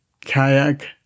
Kayak